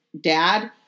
Dad